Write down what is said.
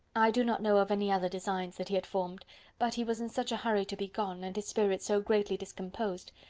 i do not know of any other designs that he had formed but he was in such a hurry to be gone, and his spirits so greatly discomposed,